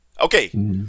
Okay